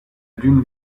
dune